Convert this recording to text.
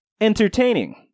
entertaining